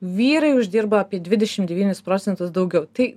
vyrai uždirba apie dvidešimt devynis procentus daugiau tai